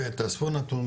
תאספו נתון,